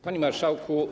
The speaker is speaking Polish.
Panie Marszałku!